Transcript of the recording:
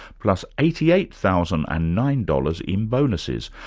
plus eighty eight thousand and nine dollars in bonuses,